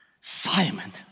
Simon